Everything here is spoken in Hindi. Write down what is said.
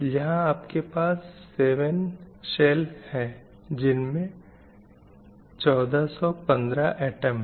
यहाँ आपके पास 7 शेल हैं जिनमे 1415 ऐटम हैं